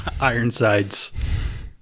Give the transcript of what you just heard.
Ironside's